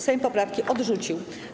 Sejm poprawki odrzucił.